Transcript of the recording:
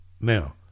Now